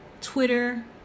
Twitter